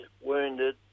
wounded